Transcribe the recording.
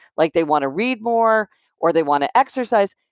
like they want to read more or they want to exercise,